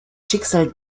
schicksal